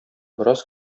бераз